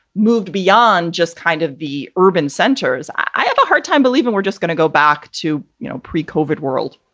moved beyond just kind of the urban centers, i have a hard time believing we're just. to go back to you know pre covered world